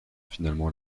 finalement